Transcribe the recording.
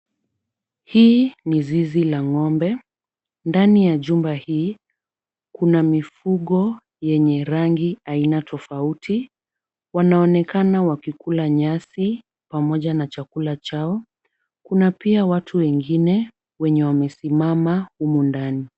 Hii ni zizi la ng'ombe, ndani ya jumba hii kuna mifugo yenye rangi aina tofauti. Wanaonekana wakikula nyasi pamoja na chakula chao. Kuna pia watu wengine wenye wamesimama humu ndani.